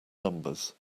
numbers